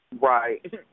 Right